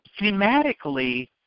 thematically